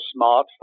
smartphone